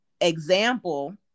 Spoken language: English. example